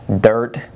dirt